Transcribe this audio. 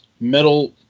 metal